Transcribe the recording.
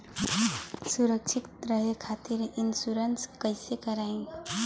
सुरक्षित रहे खातीर इन्शुरन्स कईसे करायी?